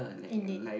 indeed